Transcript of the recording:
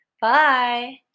Bye